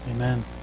Amen